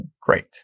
great